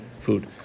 food